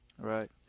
right